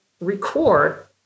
record